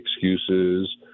excuses